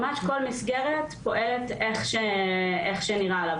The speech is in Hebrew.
ממש כל מסגרת פועלת איך שנראה לה.